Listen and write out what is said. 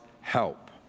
help